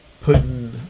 putting